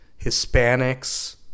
Hispanics